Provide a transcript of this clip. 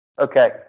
Okay